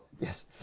Yes